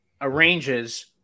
arranges